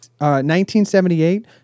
1978